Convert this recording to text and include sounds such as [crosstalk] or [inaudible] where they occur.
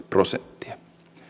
[unintelligible] prosenttia